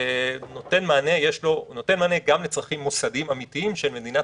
נותן מענה גם לצרכים מוסדיים אמיתיים של מדינת